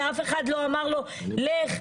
ואף אחד לא אמר לו: לך,